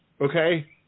Okay